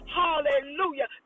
hallelujah